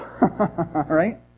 Right